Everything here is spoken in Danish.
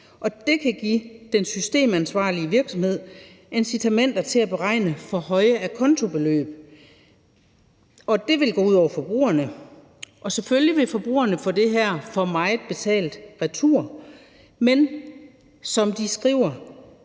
Og det kan give den systemansvarlige virksomhed incitamenter til at beregne for høje acontobeløb, og det vil gå ud over forbrugerne. Og selvfølgelig vil forbrugerne få det her for meget betalte retur, men som de skriver,